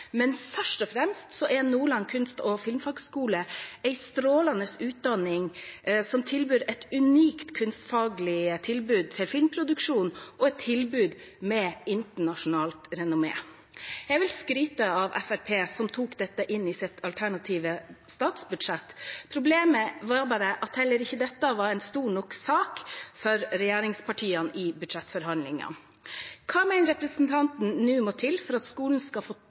Men først og fremst gir Nordland kunst- og filmfagskole en strålende utdanning og tilbyr et unikt kunstfaglig tilbud til filmproduksjon og er et tilbud med internasjonalt renommé. Jeg vil skryte av Fremskrittspartiet, som tok dette inn i sitt alternative statsbudsjett. Problemet var at heller ikke dette var en stor nok sak for regjeringspartiene i budsjettforhandlingene. Hva mener representanten nå må til for at skolen skal få